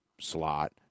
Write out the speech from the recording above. slot